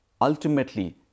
ultimately